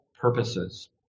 purposes